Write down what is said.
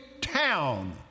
town